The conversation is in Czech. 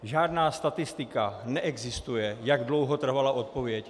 Žádná statistika neexistuje, jak dlouho trvala odpověď.